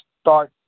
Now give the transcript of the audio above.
start